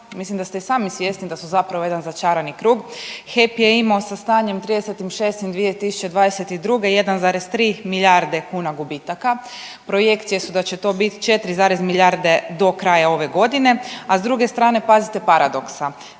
mislim da ste i sami svjesni da su zapravo jedan začarani krug. HEP je imao sa stanjem 30.6.2022. 1,3 milijarde kuna gubitaka, projekcije su da će to biti 4 zarez milijarde do kraja ove godine, a s druge strane pazite paradoksa.